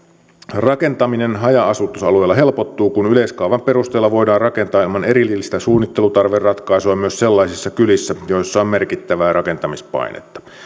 rakentaminen haja asutusalueilla helpottuu kun yleiskaavan perusteella voidaan rakentaa ilman erillistä suunnittelutarveratkaisua myös sellaisissa kylissä joissa on merkittävää rakentamispainetta